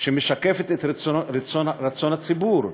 שמשקפת את רצון הציבור,